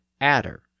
adder